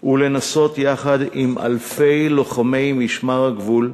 ולנסות יחד עם אלפי לוחמי משמר הגבול,